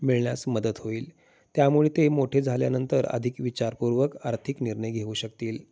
मिळण्यास मदत होईल त्यामुळे ते मोठे झाल्यानंतर अधिक विचारपूर्वक आर्थिक निर्णय घेऊ शकतील